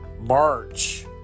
March